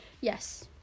Yes